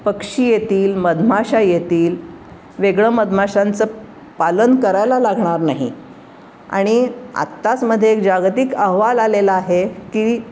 पक्षी येतील मधमाशा येतील वेगळं मधमाशांचं पालन करायला लागणार नाही आणि आत्ताच मध्ये एक जागतिक अहवाल आलेला आहे की